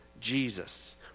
Jesus